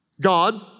God